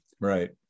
Right